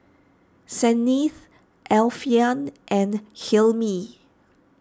Senin Alfian and Hilmi